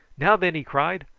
now, then, he cried.